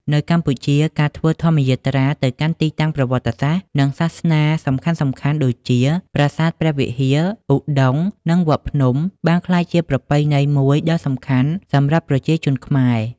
នៅកម្ពុជា ការធ្វើធម្មយាត្រាទៅកាន់ទីតាំងប្រវត្តិសាស្ត្រ និងសាសនាសំខាន់ៗដូចជា ប្រាសាទព្រះវិហារ ឧដុង្គ និងវត្តភ្នំ បានក្លាយជាប្រពៃណីមួយដ៏សំខាន់សម្រាប់ប្រជាជនខ្មែរ។